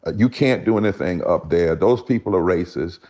ah you can't do anything up there. those people are racist.